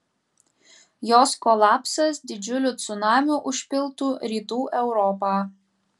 jos kolapsas didžiuliu cunamiu užpiltų rytų europą